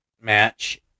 match